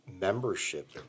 membership